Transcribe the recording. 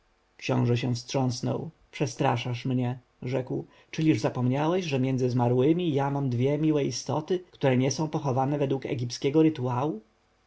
książę się wstrząsnął przestraszasz mnie rzekł czyliż zapomniałeś że między zmarłymi ja mam dwie miłe istoty które nie są pochowane według egipskiego